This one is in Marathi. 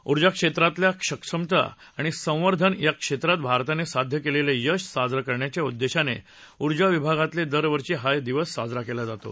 उर्जा क्षेत्रातली सक्षमता आणि संवर्धन या क्षेत्रात भारताने साध्य केलेलं यश साजरं करण्याच्या उद्देशाने उर्जा विभागातर्फे दर वर्षी हा दिवस साजरा केला जातो